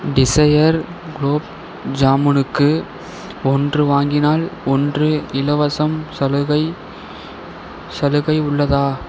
desire குலோப் ஜாமுனுக்கு ஒன்று வாங்கினால் ஒன்று இலவசம் சலுகை சலுகை உள்ளதா